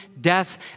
death